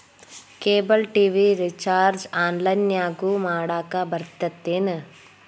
cable TV recharge ಆನ್ಲೈನ್ನ್ಯಾಗು ಮಾಡಕ ಬರತ್ತೇನು